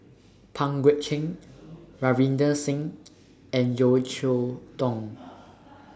Pang Guek Cheng Ravinder Singh and Yeo Cheow Tong